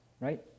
right